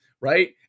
right